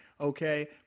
okay